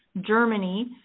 Germany